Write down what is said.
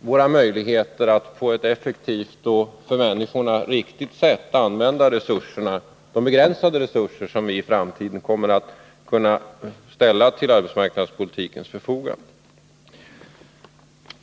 våra möjligheter att på ett effektivt och för människorna riktigt sätt använda de begränsade resurser som vi i framtiden kommer att kunna ställa till arbetsmarknadspolitikens förfogande.